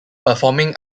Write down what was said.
performing